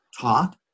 taught